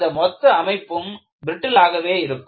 அந்த மொத்த அமைப்பும் பிரிட்டில் ஆகவே இருக்கும்